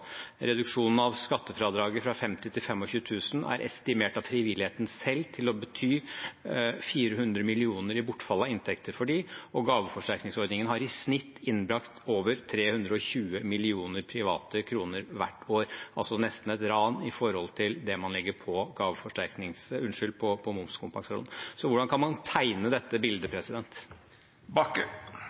Reduksjonen av skattefradraget fra 50 000 kr til 25 000 kr er estimert av frivilligheten selv til å bety 400 mill. kr i bortfall av inntekter for dem, og gaveforsterkningsordningen har i snitt innbrakt over 320 mill. private kroner hvert år – altså nesten et ran i forhold til det man legger på momskompensasjonen. Så hvordan kan man tegne dette bildet?